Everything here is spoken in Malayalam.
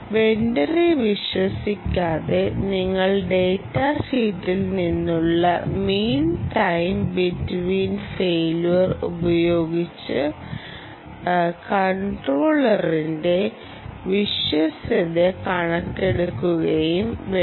വെണ്ടറെ വിശ്വസിക്കാതെ നിങ്ങൾ ഡാറ്റാഷീറ്റിൽ നിന്നുള്ള മീൻ ടൈം ബിറ്റ്വീൻ ഫെയിലിയർ ഉപയോഗിച്ച് കൺട്രോളറിന്റെ വിശ്വാസ്യത കണക്കാക്കുകയും വേണം